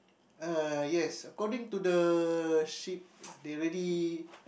uh yes according to the sheet they already